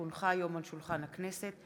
כי הונחה היום על שולחן הכנסת,